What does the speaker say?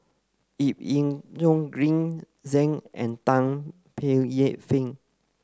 Ip Yiu Tung Green Zeng and Tan Paey Fern